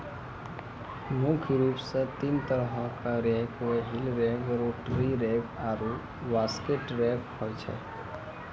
मुख्य रूप सें तीन तरहो क rake wheel rake, rotary rake आरु बास्केट रेक होय छै